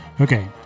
Okay